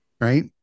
right